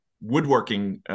woodworking